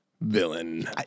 villain